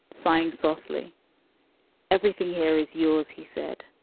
sighing softly everything here is yours, he said.